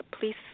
Please